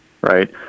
right